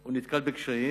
הוא נתקל בקשיים,